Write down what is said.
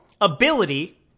ability